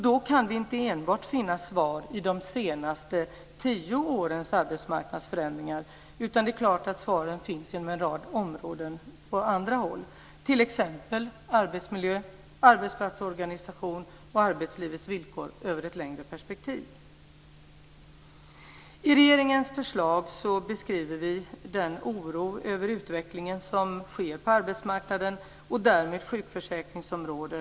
Vi kan inte enbart finna svaren i de senaste tio årens arbetsmarknadsförändringar, utan det är klart att svaren finns på en rad områden på andra håll. Det gäller t.ex. arbetsmiljö, arbetsplatsorganisation och arbetslivets villkor i ett längre perspektiv. I regeringens förslag beskriver vi den oro över utvecklingen som sker på arbetsmarknaden och därmed på sjukförsäkringsområdet.